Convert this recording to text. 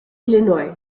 illinois